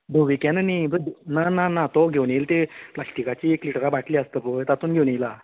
धवी कॅना न्ही ना ना ना तो घेवन येयलां तें प्लासिटीकाची एक लिटरां बाटली आसतां पळय तातूंत घेवन येयलां